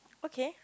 okay